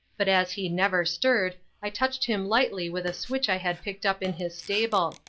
but as he never stirred, i touched him lightly with a switch i had picked up in his stable.